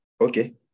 Okay